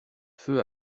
feu